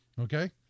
okay